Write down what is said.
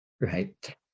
Right